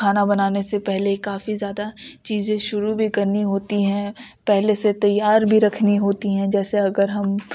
کھانا بنانے سے پہلے کافی زیادہ چیزیں شروع بھی کرنی ہوتی ہیں پہلے سے تیار بھی رکھنی ہوتی ہیں جیسے اگر ہم